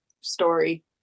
story